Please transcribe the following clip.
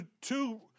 Two